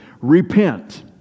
Repent